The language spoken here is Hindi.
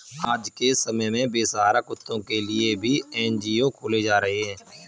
आज के समय में बेसहारा कुत्तों के लिए भी एन.जी.ओ खोले जा रहे हैं